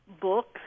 books